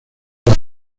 las